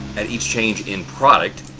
and each change in product,